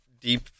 deep